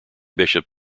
bishop